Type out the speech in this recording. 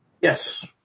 Yes